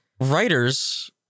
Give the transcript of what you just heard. writers